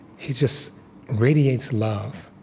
he just radiates love.